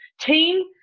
team